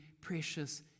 precious